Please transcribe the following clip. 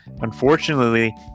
Unfortunately